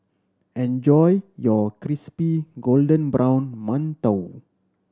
enjoy your crispy golden brown mantou